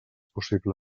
possible